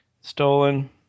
Stolen